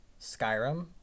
Skyrim